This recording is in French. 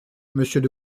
monsieur